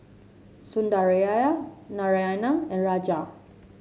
Sundaraiah Naraina and Raja